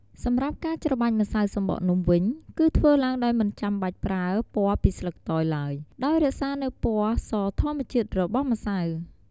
សម្រាប់ការច្របាច់ម្សៅសំបកនំវិញ គឺធ្វើឡើងដោយមិនចាំបាច់ប្រើពណ៌ពីស្លឹកតើយឡើយ ដោយរក្សានូវពណ៌សធម្មជាតិរបស់ម្សៅ។